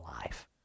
life